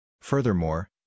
Furthermore